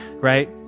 Right